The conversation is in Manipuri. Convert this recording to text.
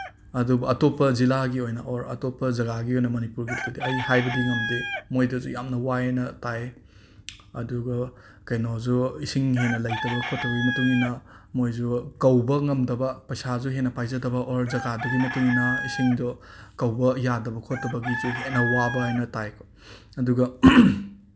ꯑꯗꯨꯕꯨ ꯑꯇꯣꯞꯄ ꯖꯤꯂꯥꯒꯤ ꯑꯣꯏꯅ ꯑꯣꯔ ꯑꯇꯣꯞꯄ ꯖꯒꯥꯒꯤ ꯑꯣꯏꯅ ꯃꯅꯤꯄꯨꯔꯒꯤꯗꯗꯤ ꯑꯩ ꯍꯥꯏꯕꯗꯤ ꯉꯝꯗꯦ ꯃꯣꯏꯗꯁꯨ ꯌꯥꯝꯅ ꯋꯥꯏꯌꯦꯅ ꯇꯥꯏ ꯑꯗꯨꯒ ꯀꯩꯅꯣꯁꯨ ꯏꯁꯤꯡ ꯍꯦꯟꯅ ꯂꯩꯇꯕ ꯈꯣꯠꯇꯕꯒꯤ ꯃꯇꯨꯡꯏꯟꯅ ꯃꯣꯏꯁꯨ ꯀꯧꯕ ꯉꯝꯗꯕ ꯄꯩꯁꯥꯁꯨ ꯍꯦꯟꯅ ꯄꯥꯏꯖꯗꯕ ꯑꯣꯔ ꯖꯒꯥꯗꯨꯒꯤ ꯃꯇꯨꯡꯏꯟꯅ ꯏꯁꯤꯡꯗꯨ ꯀꯧꯕ ꯌꯥꯗꯕ ꯈꯣꯠꯇꯕꯒꯤꯁꯨ ꯍꯦꯟꯅ ꯋꯥꯕ ꯍꯥꯏꯅ ꯇꯥꯏꯀꯣ ꯑꯗꯨꯒ